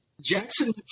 Jackson